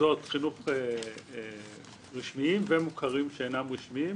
מוסדות חינוך רשמיים ומוכרים שאינם רשמיים.